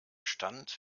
stand